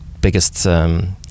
biggest